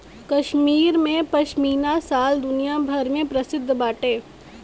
कश्मीर के पश्मीना शाल दुनिया भर में प्रसिद्ध बाटे